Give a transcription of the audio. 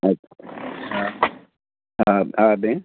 अछा हा हा भेण